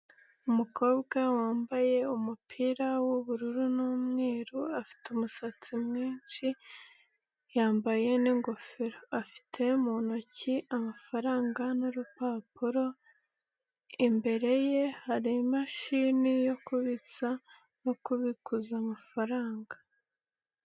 Umukobwa wambaye umupira w'ubururu n'umweru, afite umusatsi mwinshi, yambaye n'gofero. Afite mu ntoki amafaranga n'urupapuro, imbere ye hari imashini yo kubitsa no kubikuza amafaranga.